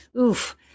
oof